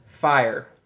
fire